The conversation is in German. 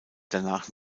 danach